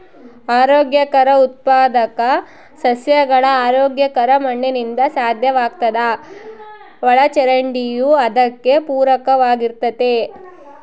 ಆರೋಗ್ಯಕರ ಉತ್ಪಾದಕ ಸಸ್ಯಗಳು ಆರೋಗ್ಯಕರ ಮಣ್ಣಿನಿಂದ ಸಾಧ್ಯವಾಗ್ತದ ಒಳಚರಂಡಿಯೂ ಅದಕ್ಕೆ ಪೂರಕವಾಗಿರ್ತತೆ